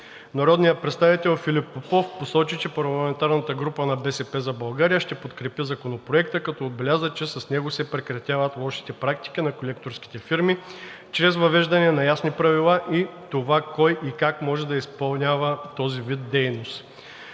Народният представител Филип Попов посочи, че парламентарната група на „БСП за България“ ще подкрепи Законопроекта, като отбеляза, че с него се прекратяват лошите практики на колекторските фирми чрез въвеждане на ясни правила за това кой и как може да изпълнява този вид дейност.